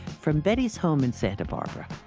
from betty's home in santa barbara,